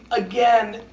again,